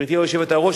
גברתי היושבת-ראש,